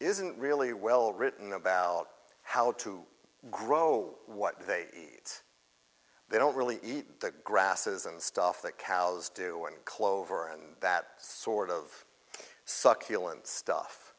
isn't really well written about how to grow what they eat they don't really eat grasses and stuff that cows do when clover and that sort of succulent stuff